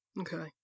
Okay